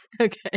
Okay